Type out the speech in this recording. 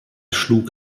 schlug